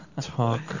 Talk